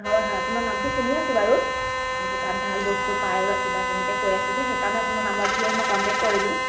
হয় হয় আপোনাৰ নামটো শুনি আছোঁ বাৰু তাত ভাল বস্তু পায় বা কিবা তেনেকৈ কৈ আছে যে সেইকাৰণে আপোনাৰ নাম্বাৰটো লৈ মই কন্টেক্ট কৰিলোঁ